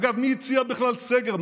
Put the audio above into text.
אגב, מי הציע בכלל סגר?